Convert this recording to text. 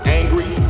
angry